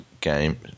game